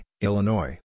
Illinois